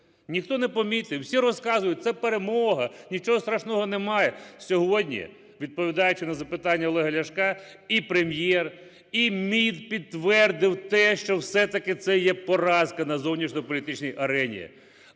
Ніхто не помітив. Всі розказують: це перемога, нічого страшного немає. Сьогодні, відповідаючи на запитання Олега Ляшка, і Прем’єр, і МІД підтвердив те, що все-таки це є поразка на зовнішньополітичній арені.